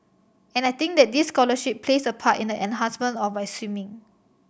and I think that this scholarship plays a part in the enhancement of my swimming